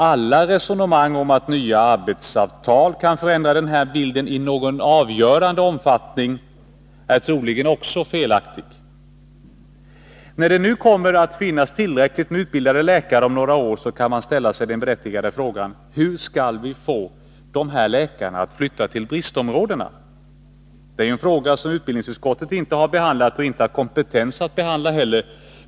Allt resonemang om att nya arbetsavtal kan förändra den här bilden i någon avgörande omfattning är troligen också felaktigt. När det nu kommer att finnas tillräckligt med utbildade läkare om några år, kan man ställa sig den berättigade frågan: Hur skall vi få de här läkarna att flytta till bristområdena? Det är ju en fråga som utbildningsutskottet inte har behandlat och inte har kompetens att behandla heller.